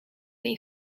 they